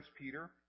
Peter